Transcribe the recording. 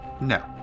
No